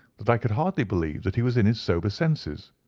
that i could hardly believe that he was in his sober senses.